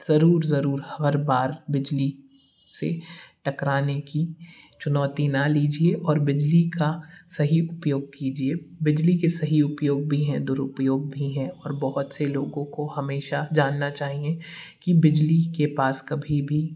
ज़रूर ज़रूर हर बार बिजली से टकराने की चुनौती ना लीजिए और बिजली का सही उपयोग कीजिए बिजली के सही उपयोग भी हैं दुरुपयोग भी हैं और बहुत से लोगों को हमेशा जानना चाहिए कि बिजली के पास कभी भी